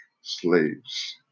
slaves